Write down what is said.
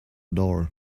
door